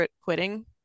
quitting